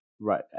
right